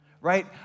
Right